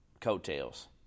coattails